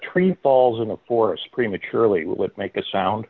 tree falls in the forest prematurely it would make a sound